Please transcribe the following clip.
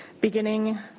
Beginning